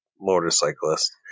motorcyclist